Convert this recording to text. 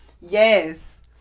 Yes